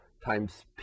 times